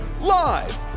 live